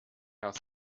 herr